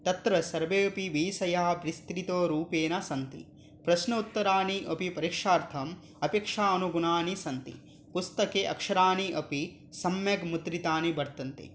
तत्र सर्वे अपि विषयाः विस्तृतरूपेण सन्ति प्रश्नोत्तराणि अपि परिक्षार्थं अपेक्षा अनुगुणानि सन्ति पुस्तके अक्षराणि अपि सम्यक् मुद्रितानि वर्तन्ते